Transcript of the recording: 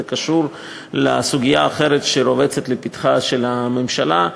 זה קשור לסוגיה אחרת שרובצת לפתחה של הממשלה,